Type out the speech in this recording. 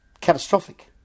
catastrophic